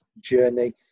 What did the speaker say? journey